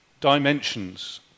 dimensions